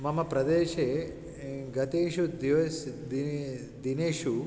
मम प्रदेशे गतेषु दिवसेषु दिव् दिनेषु